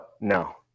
no